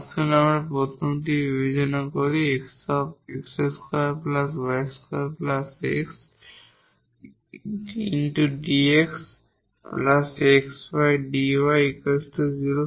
আসুন আমরা এই প্রথমটি বিবেচনা করি x 𝑥 2 𝑦 2 𝑥 𝑑𝑥 𝑥𝑦 𝑑𝑦 0